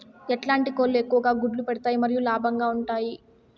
ఎట్లాంటి కోళ్ళు ఎక్కువగా గుడ్లు పెడతాయి మరియు లాభంగా ఉంటుంది?